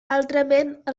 altrament